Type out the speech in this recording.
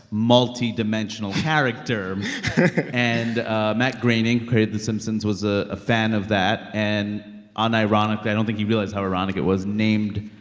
multidimensional character and matt groening, who created the simpsons, was a ah fan of that. and unironically i don't think he realized how ironic it was named,